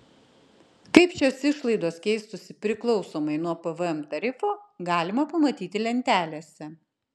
kaip šios išlaidos keistųsi priklausomai nuo pvm tarifo galima pamatyti lentelėse